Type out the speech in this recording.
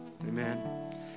Amen